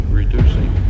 reducing